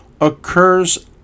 occurs